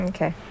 Okay